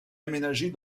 aménagées